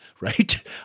right